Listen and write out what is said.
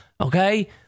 Okay